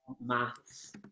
Maths